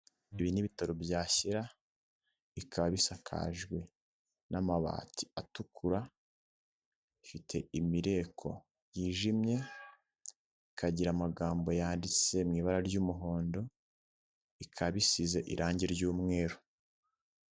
Ibi ni bitaro bya Shyira, bikaba bisakajwe n'amabati atukura, ifite imireko yijimye, bikagira amagambo yanditse mu ibara ry'umuhondo, bikaba bisize irangi ry'umweru.